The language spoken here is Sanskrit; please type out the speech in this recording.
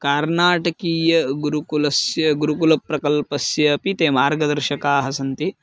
कर्नाटकीयगुरुकुलस्य गुरुकुलप्रकल्पस्य अपि ते मार्गदर्शकाः सन्ति